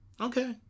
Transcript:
okay